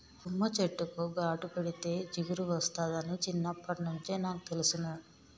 తుమ్మ చెట్టుకు ఘాటు పెడితే జిగురు ఒస్తాదని చిన్నప్పట్నుంచే నాకు తెలుసును